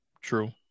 True